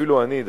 אפילו אני,